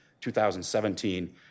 2017